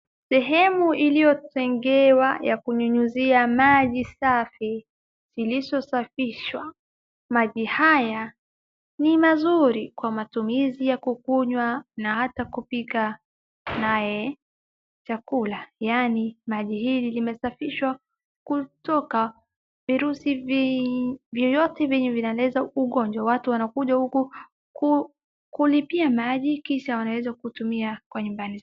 Sehemu iliyotengewa ya kunyunyuzia maji safi, ilichosafishwa. Maji haya ni mazuri, kwa matumizi ya kukunywa na hata kupika naye chakula, yaani maji hili limesafishwa kutoka virusi vyovyote vienye vinaeneza magonjwa. Watu wanakuja huku ku, kulipia maji, kisha wanaeza tumia kwa nyumbani.